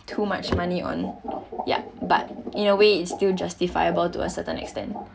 too much money on yup but in a way is still justifiable to a certain extent